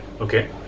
okay